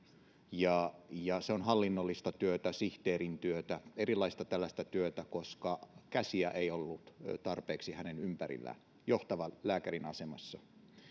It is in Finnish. ja ja se on hallinnollista työtä sihteerin työtä erilaista tällaista työtä koska käsiä ei ollut tarpeeksi hänen ympärillään johtavan lääkärin asemassa